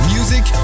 Music